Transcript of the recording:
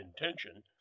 intention